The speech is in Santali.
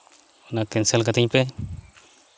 ᱚᱱᱟ ᱠᱮᱱᱥᱮᱞ ᱠᱟᱹᱛᱤᱧ ᱯᱮ